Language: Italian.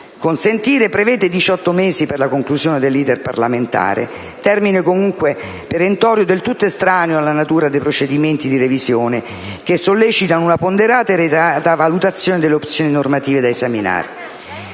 «consentire», prevede diciotto mesi per la conclusione dell'*iter* parlamentare, termine comunque perentorio, del tutto estraneo alla natura dei procedimenti di revisione che sollecitano una ponderata e reiterata valutazione delle opzioni normative da esaminare.